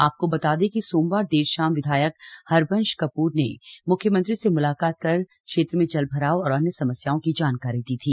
आपको बता दें कि सोमवार देर शाम विधायक हरबंश कपूर ने मुख्यमंत्री से म्लाकात कर क्षेत्र में जलभराव और अन्य समस्याओं की जानकारी दी थी